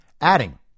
adding